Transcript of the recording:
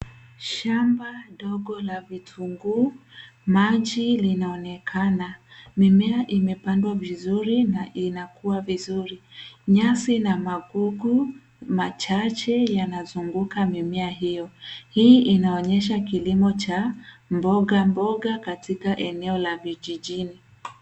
Shamba ndogo la vitunguu maji linaonekana. Mimea imepandwa vizuri na inakua vizuri. Nyasi na magugu machache yanazunguka mimea hiyo. Hii inaonyesha kilimo cha mboga mboga katika eneo la vijijini.